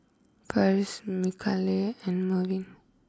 Farris Mikaela and Merwin